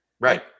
Right